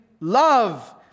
love